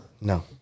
no